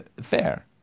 Fair